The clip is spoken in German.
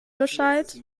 bescheid